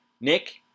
Nick